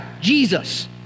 Jesus